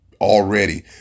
already